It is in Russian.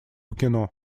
кино